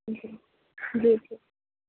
جی جی جی